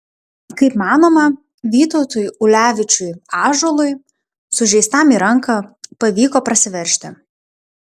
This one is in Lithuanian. kaip manoma vytautui ulevičiui ąžuolui sužeistam į ranką pavyko prasiveržti